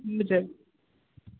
हजुर